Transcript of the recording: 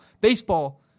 Baseball